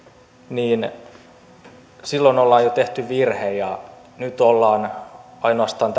niin silloin ollaan jo tehty virhe ja nyt ollaan ainoastaan